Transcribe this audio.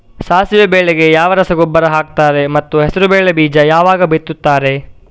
ಸಾಸಿವೆ ಬೆಳೆಗೆ ಯಾವ ರಸಗೊಬ್ಬರ ಹಾಕ್ತಾರೆ ಮತ್ತು ಹೆಸರುಬೇಳೆ ಬೀಜ ಯಾವಾಗ ಬಿತ್ತುತ್ತಾರೆ?